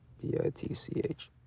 b-i-t-c-h